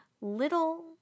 little